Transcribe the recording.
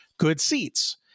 GOODSEATS